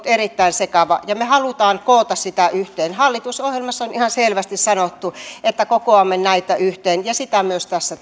erittäin sekava ja me haluamme koota sitä yhteen hallitusohjelmassa on ihan selvästi sanottu että kokoamme näitä yhteen ja sitä tässä